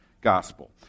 gospel